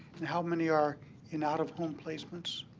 and how many are in out-of-home placements?